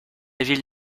ville